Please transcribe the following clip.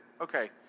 okay